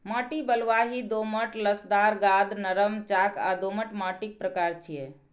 माटि बलुआही, दोमट, लसदार, गाद, नरम, चाक आ दोमट माटिक प्रकार छियै